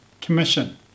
commission